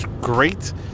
great